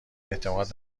اعتماد